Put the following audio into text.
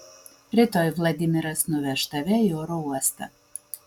rytoj vladimiras nuveš tave į oro uostą